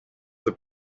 the